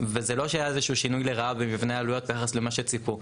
וזה לא שהיה שינוי לרעה במבנה העלויות ביחס למה שציפו.